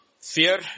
Fear